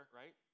right